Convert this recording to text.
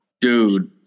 Dude